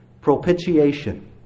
propitiation